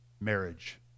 Marriage